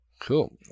Cool